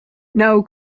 now